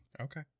okay